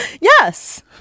yes